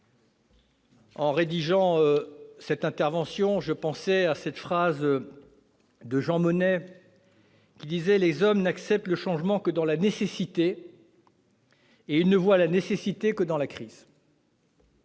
En rédigeant cette intervention, je pensais à cette phrase de Jean Monnet selon laquelle « les hommes n'acceptent le changement que dans la nécessité et ils ne voient la nécessité que dans la crise ».